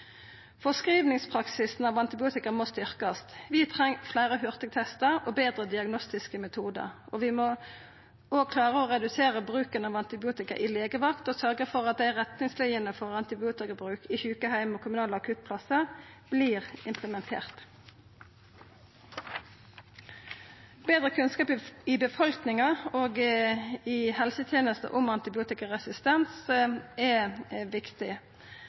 Føreskrivingspraksisen av antibiotika må styrkjast. Vi treng fleire hurtigtestar og betre diagnostiske metodar. Vi må òg klara å redusera bruken av antibiotika i legevakt og sørgja for at retningslinene for antibiotikabruk i sjukeheimar og kommunale akuttplassar vert implementerte. Betre kunnskap i befolkninga og i helsetenesta om antibiotikaresistens er viktig.